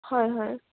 হয় হয়